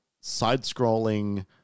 side-scrolling